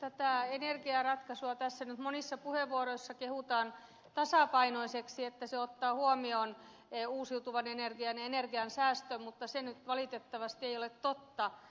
tätä energiaratkaisua tässä nyt monissa puheenvuoroissa kehutaan tasapainoiseksi että se ottaa huomioon uusiutuvan energian ja energian säästön mutta se nyt valitettavasti ei ole totta